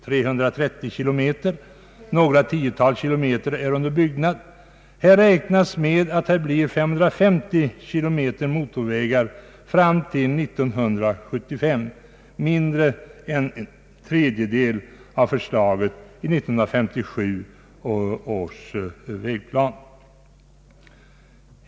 330 kilometer har byggts, och några tiotal kilometer är under byggnad. Man räknar med att det blir 550 kilometer motorvägar fram till 1975, mindre än en tredjedel av förslaget i 1957 års vägplan.